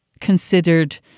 considered